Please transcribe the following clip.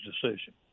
decision